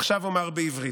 עכשיו אומר בעברית: